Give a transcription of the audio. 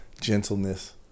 gentleness